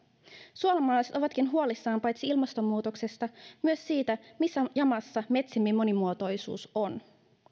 suomalaiset ovatkin huolissaan paitsi ilmastonmuutoksesta myös siitä missä jamassa metsiemme monimuotoisuus on